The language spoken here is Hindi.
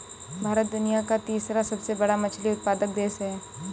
भारत दुनिया का तीसरा सबसे बड़ा मछली उत्पादक देश है